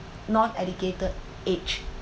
not educated age